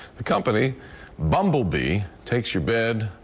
the company bumblebee takes your bed,